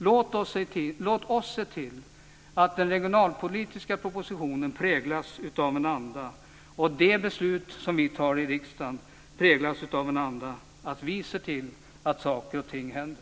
Låt oss se till att den regionalpolitiska propositionen präglas av en anda och att de beslut som vi tar i riksdagen präglas av en anda att vi ser till att saker och ting händer.